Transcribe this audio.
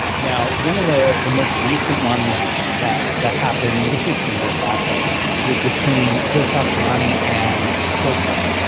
now, one of the the most recent ones that that happened, this was a few years back, but it was between joe satriani and coldplay.